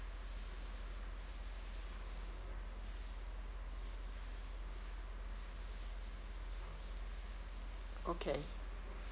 okay